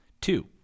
Two